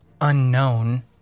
unknown